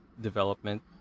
development